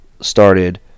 started